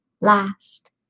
last